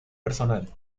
personal